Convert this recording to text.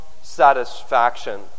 satisfaction